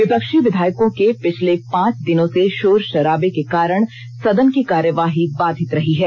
विपक्षी विधायकों को पिछले पांच दिनों से शोर षराबे के कारण सदन की कार्यवाही बाधित रही है